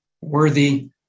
worthy